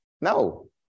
No